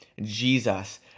Jesus